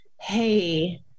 Hey